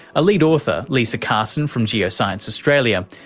a lead author, leesa carson from geoscience australia,